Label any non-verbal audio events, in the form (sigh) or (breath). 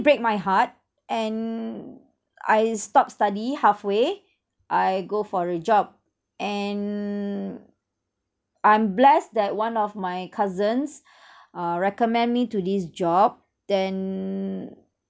break my heart and I stopped study halfway I go for a job and I'm blessed that one of my cousins (breath) uh recommend me to this job then